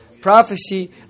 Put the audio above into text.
prophecy